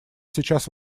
сейчас